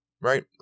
right